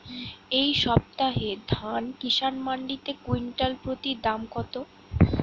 এই সপ্তাহে ধান কিষান মন্ডিতে কুইন্টাল প্রতি দাম কত?